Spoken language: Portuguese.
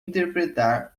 interpretar